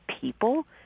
people